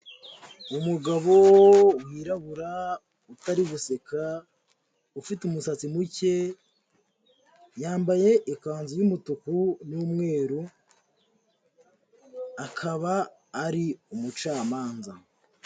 Umugabo wirabura utari guseka ufite umusatsi muke, yambaye ikanzu y'umutuku n'umweru, akaba ari umucamanza.